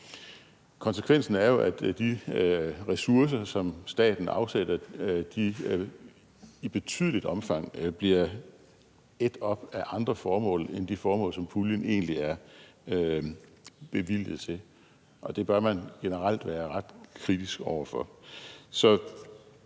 Konsekvensen er jo, at de ressourcer, som staten afsætter, i betydeligt omfang bliver ædt op af andre formål end af de formål, som puljen egentlig er bevilget til, og det bør man generelt være ret kritisk over for.